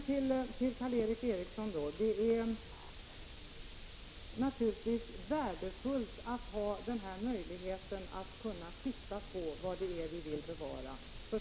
Till Karl Erik Eriksson vill jag säga att det naturligtvis är värdefullt att man har möjligheter att bedöma vad det är vi vill bevara.